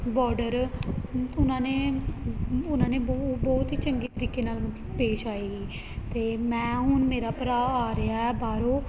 border ਉਹਨਾਂ ਨੇ ਉਹਨਾਂ ਨੇ ਬਹੁ ਬਹੁਤ ਹੀ ਚੰਗੇ ਤਰੀਕੇ ਨਾਲ ਪੇਸ਼ ਆਏ ਸੀ ਅਤੇ ਮੈਂ ਹੁਣ ਮੇਰਾ ਭਰਾ ਆ ਰਿਹਾ ਬਾਹਰੋਂ